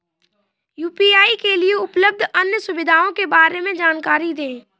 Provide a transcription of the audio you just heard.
UPI के लिए उपलब्ध अन्य सुविधाओं के बारे में जानकारी दें?